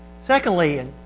secondly